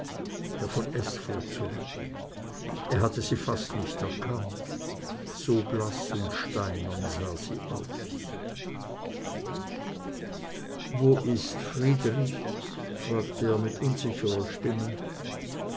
von s fuhr zurück er hätte sie fast nicht erkannt so blaß und steinern sah sie aus wo ist friedrich fragte er mit unsicherer stimme